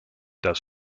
das